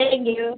thank you